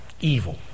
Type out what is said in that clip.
evil